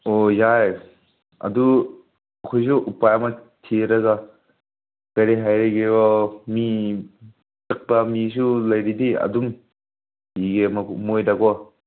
ꯑꯣ ꯌꯥꯏꯌꯦ ꯑꯗꯨ ꯑꯩꯈꯣꯏꯁꯨ ꯎꯄꯥꯏ ꯑꯃ ꯊꯤꯔꯒ ꯀꯔꯤ ꯍꯥꯏꯔꯒꯦꯔꯣ ꯃꯤ ꯆꯠꯄ ꯃꯤꯁꯨ ꯂꯩꯔꯗꯤ ꯑꯗꯨꯝ ꯄꯤꯒꯦ ꯃꯣꯏꯗ ꯀꯣ